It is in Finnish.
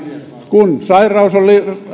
kun sairaus oli